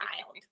child